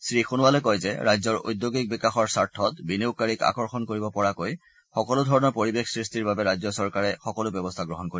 শ্ৰীসোণোৱালে কয় যে ৰাজ্যৰ ঔদ্যোগিক বিকাশৰ স্বাৰ্থত বিনিয়োগকাৰীক আকৰ্ষণ কৰিব পৰাকৈ সকলোধৰণৰ পৰিৱেশ সৃষ্টিৰ বাবে ৰাজ্য চৰকাৰে সকলো ব্যৱস্থা গ্ৰহণ কৰিব